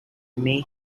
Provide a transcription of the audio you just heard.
may